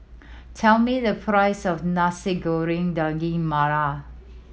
tell me the price of Nasi Goreng Daging Merah